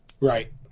Right